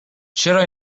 چرا